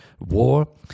war